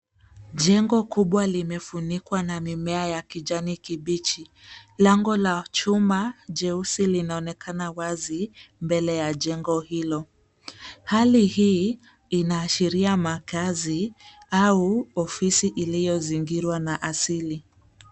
Jengo kubwa limefunikwa na mimea ya kijani kibichi. Lango la chuma jeusi linaonekana wazi mbele ya jengo hilo. Hali hii inaashiria makazi au ofisi iliyozingirwa na asili.